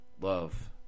love